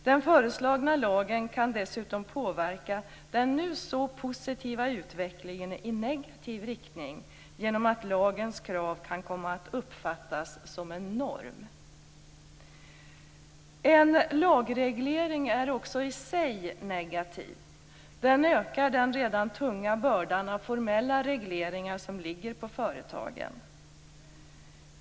Den föreslagna lagen kan dessutom påverka den nu så positiva utvecklingen i negativ riktning genom att lagens krav kan komma att uppfattas som en norm. En lagreglering är också i sig negativ. Den ökar den redan tunga bördan av formella regleringar som ligger på företagen.